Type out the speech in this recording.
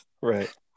right